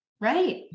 right